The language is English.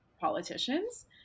politicians